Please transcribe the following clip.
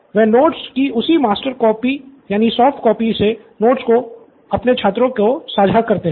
वह नोट्स की उसी मास्टर सॉफ्ट कॉपी से नोट्स को अपने छात्रों को साझा करते हैं